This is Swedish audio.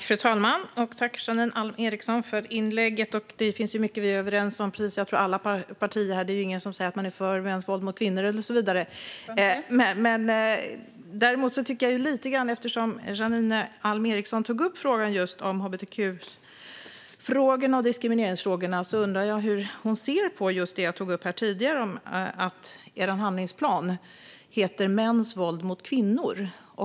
Fru talman! Tack, Janine Alm Ericson, för inlägget! Det finns mycket som alla partier är överens om. Det är ju ingen som säger att man är för mäns våld mot kvinnor och så vidare. Eftersom Janine Alm Ericson tog upp just hbtq och diskrimineringsfrågorna undrar jag hur hon ser på det som jag tog upp här tidigare om att er handlingsplan i sin titel har "mäns våld mot kvinnor".